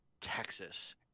Texas